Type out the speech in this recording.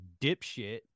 dipshit